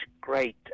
great